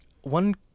one